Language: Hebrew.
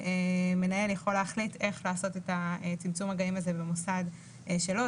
מנהל יכול להחליט איך לעשות את צמצום המגעים הזה במוסד שלו.